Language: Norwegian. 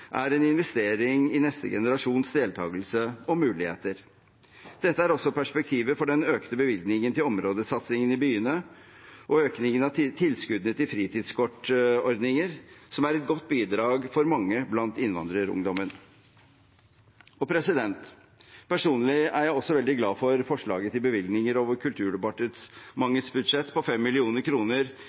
er en investering i neste generasjons deltakelse og muligheter. Dette er også perspektivet for den økte bevilgningen til områdesatsingen i byene og økningen av tilskuddene til fritidskortordninger, som er et godt bidrag for mange blant innvandrerungdommen. Personlig er jeg også veldig glad for forslaget til bevilgninger over Kulturdepartementets budsjett på